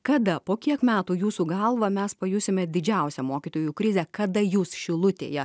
kada po kiek metų jūsų galva mes pajusime didžiausią mokytojų krizę kada jūs šilutėje